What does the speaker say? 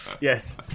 yes